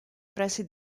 pressi